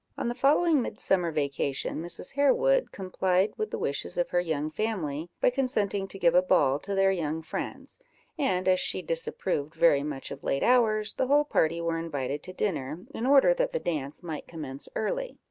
on the following midsummer vacation, mrs. harewood complied with the wishes of her young family, by consenting to give a ball to their young friends and as she disapproved very much of late hours, the whole party were invited to dinner, in order that the dance might commence early.